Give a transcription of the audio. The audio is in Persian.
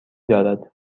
دارد